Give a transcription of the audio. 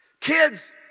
Kids